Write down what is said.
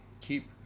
keep